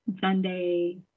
Sunday